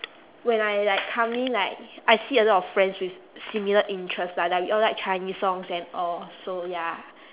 when I like come in like I see a lot of friends with similar interests like like we all like chinese songs and all so ya